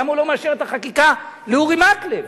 למה הוא לא מאשר את החקיקה לאורי מקלב?